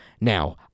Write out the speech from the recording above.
Now